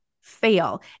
fail